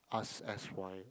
ask S_Y